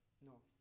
no